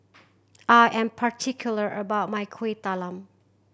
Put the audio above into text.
I am particular about my Kueh Talam